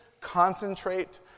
concentrate